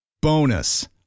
Bonus